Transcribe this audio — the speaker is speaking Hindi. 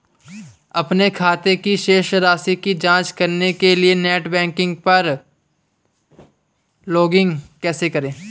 अपने खाते की शेष राशि की जांच करने के लिए नेट बैंकिंग पर लॉगइन कैसे करें?